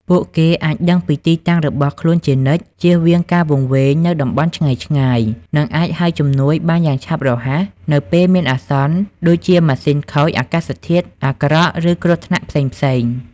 ពួកគេអាចដឹងពីទីតាំងរបស់ខ្លួនជានិច្ច ជៀសវាងការវង្វេងនៅតំបន់ឆ្ងាយៗ និងអាចហៅជំនួយបានយ៉ាងឆាប់រហ័សនៅពេលមានអាសន្ន ដូចជាម៉ាស៊ីនខូច អាកាសធាតុអាក្រក់ ឬគ្រោះថ្នាក់ផ្សេងៗ។